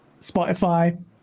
Spotify